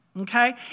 okay